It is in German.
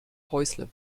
häusle